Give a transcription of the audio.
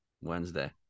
Wednesday